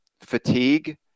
fatigue